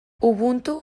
ubuntu